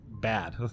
bad